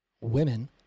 women